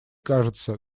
кажется